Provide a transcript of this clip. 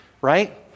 right